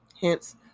Hence